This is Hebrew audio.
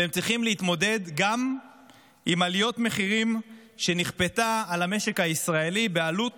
והם צריכים להתמודד גם עם עליית מחירים שנכפתה על המשק הישראלי בעלות